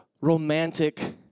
romantic